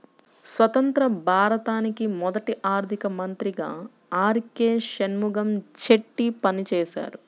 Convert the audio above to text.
స్వతంత్య్ర భారతానికి మొదటి ఆర్థిక మంత్రిగా ఆర్.కె షణ్ముగం చెట్టి పనిచేసారు